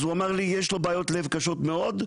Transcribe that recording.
אז הוא אמר לי, יש לו בעיות לב קשות מאוד,